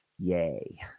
Yay